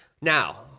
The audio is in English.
Now